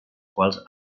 quals